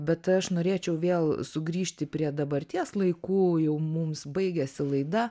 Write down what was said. bet aš norėčiau vėl sugrįžti prie dabarties laikų jau mums baigiasi laida